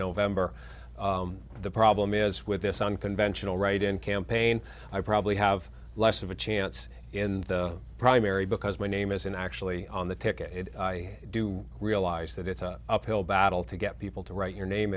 november the problem is with this unconventional write in campaign i probably have less of a chance in the primary because my name isn't actually on the ticket i do realize that it's an uphill battle to get people to write your name